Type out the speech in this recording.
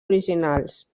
originals